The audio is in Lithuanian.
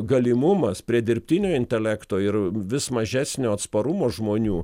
galimumas prie dirbtinio intelekto ir vis mažesnio atsparumo žmonių